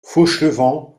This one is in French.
fauchelevent